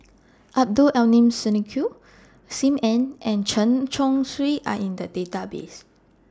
Abdul Aleem Siddique SIM Ann and Chen Chong Swee Are in The Database